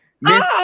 Miss